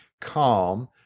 calm